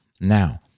Now